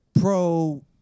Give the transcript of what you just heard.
pro